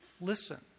Listen